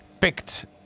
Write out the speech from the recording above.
picked